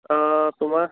অঁ তোমাৰ